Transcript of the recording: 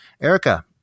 Erica